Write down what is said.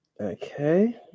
Okay